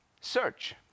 Search